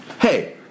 Hey